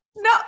No